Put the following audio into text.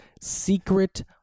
secret